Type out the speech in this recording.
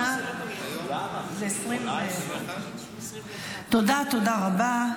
זה 21. תודה, תודה רבה.